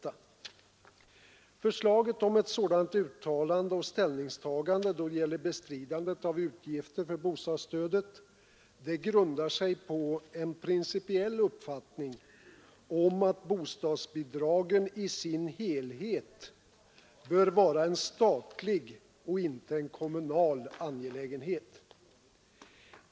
I Förslaget om ett sådant uttalande och ställningstagande då det gäller — Familjepolitik m.m. bestridandet av utgifterna för bostadsstödet grundar sig på en principiell uppfattning om att bostadsbidragen i sin helhet bör vara en statlig och inte en kommunal angelägenhet.